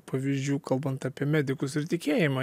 pavyzdžių kalbant apie medikus ir tikėjimą